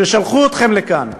ששלחו אתכם לכאן,